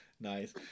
Nice